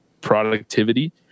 productivity